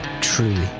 Truly